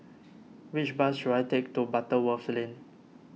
which bus should I take to Butterworth Lane